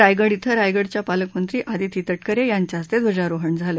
रायगड क्षे रायगडच्या पालकमंत्री अदिती तटकरे यांच्या हस्ते ध्वजारोहण झालं